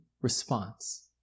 response